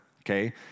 Okay